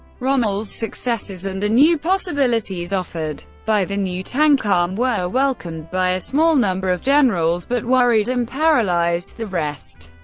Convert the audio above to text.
rommel's successes and the new possibilities offered by the new tank arm were welcomed by a small number of generals, but worried and paralysed the rest.